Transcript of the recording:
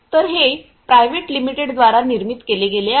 तर हे private limited द्वारा निर्मित केले गेले आहे